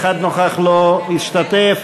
אחד נוכח ולא השתתף.